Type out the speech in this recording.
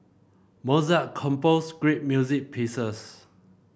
Mozart composed great music pieces